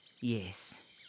Yes